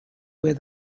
where